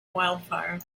wildfire